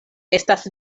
estas